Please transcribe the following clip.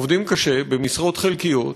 עובדים קשה, במשרות חלקיות,